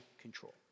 control